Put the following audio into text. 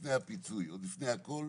לפני הפיצוי, כבר